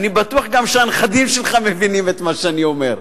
אני בטוח שגם הנכדים שלך מבינים את מה שאני אומר,